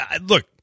look